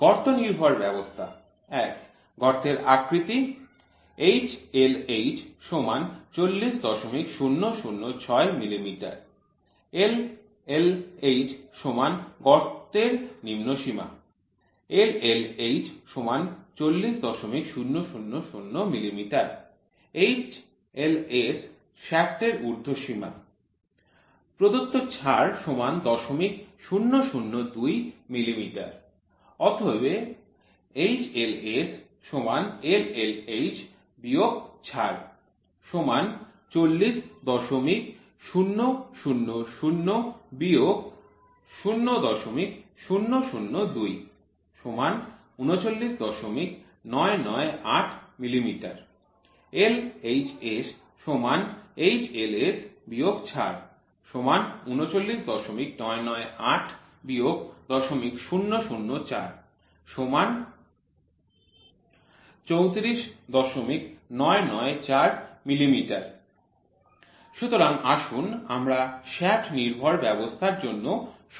গর্ত নির্ভর ব্যবস্থা গর্তের আকৃতি HLH ৪০০০৬ মিমি LLH গর্তের নিম্নসীমা LLH ৪০০০০ মিমি HLS শ্য়াফ্টের উর্ধ্বসীমা প্রদত্ত ছাড় ০০০২ মিমি অতএব HLS LLH - ছাড় ৪০০০০ - ০০০২ ৩৯৯৯৮ মিমি LHS HLS - ছাড় ৩৯৯৯৮ - ০০০৪ ৩৪৯৯৪ মিমি সুতরাং আসুন আমরা শ্য়াফ্ট নির্ভর ব্যবস্থার জন্য সমাধান করার চেষ্টা করি